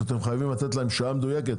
שאתם חייבים לתת להם שעה מדויקת.